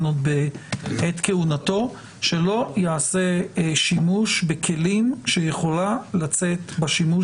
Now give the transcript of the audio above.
עוד בעת כהונתו שלא יעשה שימוש בכלים שיכולה לצאת בשימוש